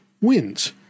wins